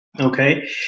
okay